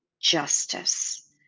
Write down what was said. justice